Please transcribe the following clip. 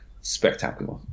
spectacular